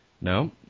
No